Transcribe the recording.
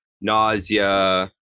nausea